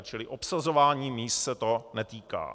Čili obsazování míst se to netýká.